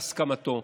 בהסכמתו.